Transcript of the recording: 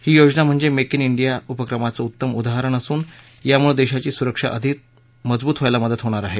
ही योजना म्हणजे make in India उपक्रमाचं उत्तम उदाहरण असून यामुळे देशाची सुरक्षा अधिक मजबूत व्हायला मदत होणार आहे